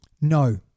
No